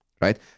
right